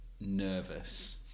nervous